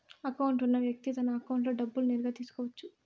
account ఉన్న వ్యక్తి తన అకౌంట్లో డబ్బులు నేరుగా తీసుకోవచ్చు